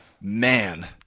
man